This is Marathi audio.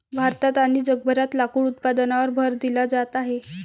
भारतात आणि जगभरात लाकूड उत्पादनावर भर दिला जात आहे